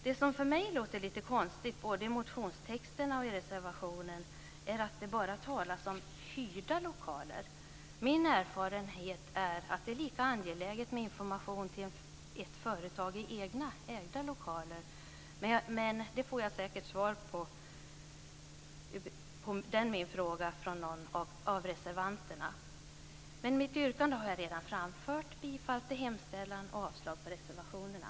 Det som för mig låter lite konstigt både i motionstexterna och i reservationen är att det bara talas om hyrda lokaler. Min erfarenhet är att det är lika angeläget med information till ett företag i egna ägda lokaler. Men jag får säkert svar på den frågan av någon av reservanterna. Mitt yrkande har jag redan framfört, nämligen bifall till hemställan och avslag på reservationerna.